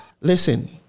listen